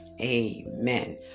Amen